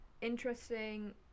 Interesting